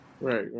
right